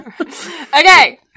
Okay